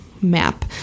map